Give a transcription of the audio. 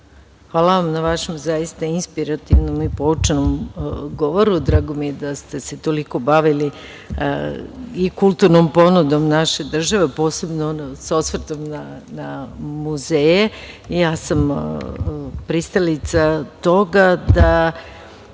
Hvala vam na vašem zaista inspirativnom i poučnom govoru. Drago mi je da ste se toliko bavili i kulturnom ponudom naše države, posebno sa osvrtom na muzeje. Ja sam pristalica toga da